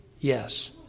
Yes